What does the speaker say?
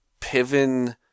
Piven